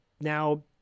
now